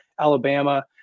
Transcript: Alabama